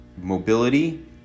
mobility